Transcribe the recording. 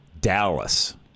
Dallas